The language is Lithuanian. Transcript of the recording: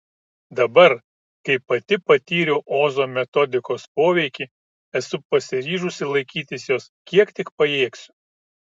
dabar kai pati patyriau ozo metodikos poveikį esu pasiryžusi laikytis jos kiek tik pajėgsiu